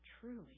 Truly